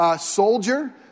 soldier